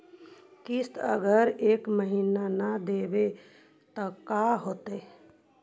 किस्त अगर एक महीना न देबै त का होतै?